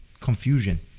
confusion